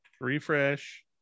Refresh